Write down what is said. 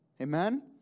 Amen